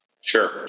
Sure